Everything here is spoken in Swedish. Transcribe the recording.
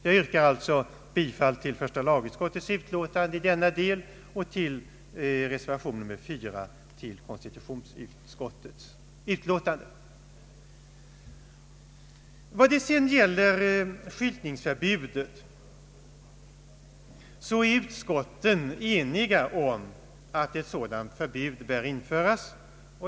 Jag yrkar nu bifall till första lagutskottets utlåtande i denna del och kommer senare att yrka bifall till nyssnämnda reservation 4. Utskotten är ense om att ett skyltningsförbud bör införas.